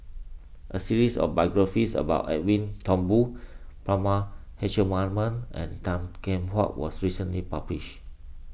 a series of biographies about Edwin Thumboo Prema Letchumanan and Tan Kheam Hock was recently published